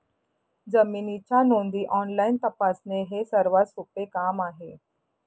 जमिनीच्या नोंदी ऑनलाईन तपासणे हे सर्वात सोपे काम आहे